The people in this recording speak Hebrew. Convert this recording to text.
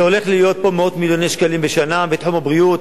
זה הולך להיות פה מאות מיליוני שקלים בשנה בתחום הבריאות,